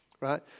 Right